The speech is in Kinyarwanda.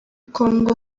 kongo